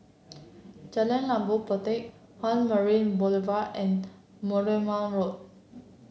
Jalan Labu Puteh One Marina Boulevard and Bournemouth Road